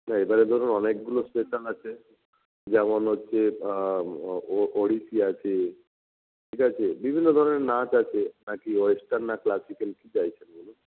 হ্যাঁ এবারে ধরুন অনেকগুলো স্পেশাল আছে যেমন হচ্ছে ওড়িশি আছে ঠিক আছে বিভিন্ন ধরনের নাচ আছে না কি ওয়েস্টার্ন না ক্লাসিক্যাল কী চাইছেন বলুন